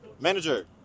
Manager